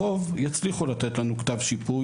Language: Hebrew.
הרוב יצליחו לתת לנו טופס קיום ביטוח,